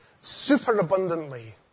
superabundantly